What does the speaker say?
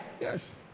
Yes